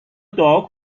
دعا